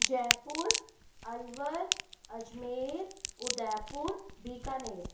Jaipur Alwar Ajmer Udaipur Bikaner